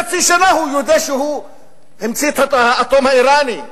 חצי שנה, הוא יודה שהוא המציא את האטום האירני.